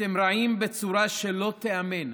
אתם רעים בצורה שלא תיאמן.